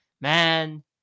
man